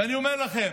ואני אומר לכם: